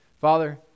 Father